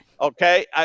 Okay